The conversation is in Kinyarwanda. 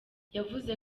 yavuze